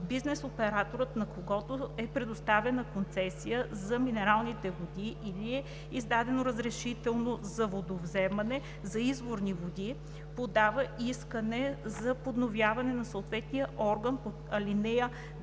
бизнес операторът, на когото е предоставена концесия – за минералните води, или е издадено разрешително за водовземане – за изворните води, подава искане за подновяване до съответния орган по ал.